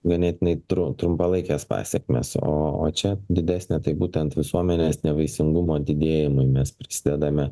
ganėtinai tru trumpalaikės pasekmės o o čia didesnė tai būtent visuomenės nevaisingumo didėjimu mes prisidedame